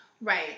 Right